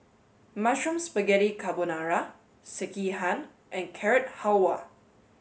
Mushroom Spaghetti Carbonara Sekihan and Carrot Halwa